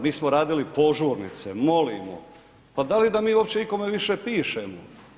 Mi smo radili požurnice, molimo, pa da li da mi uopće ikome više pišemo?